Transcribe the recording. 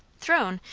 thrown!